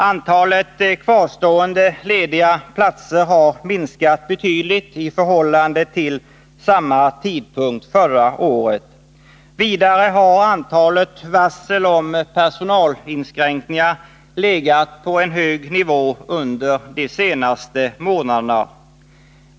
Antalet kvarstående lediga platser har minskat betydligt i förhållande till samma tidpunkt förra året. Vidare har antalet varsel om personalinskränkningar legat på en hög nivå under de senaste månaderna.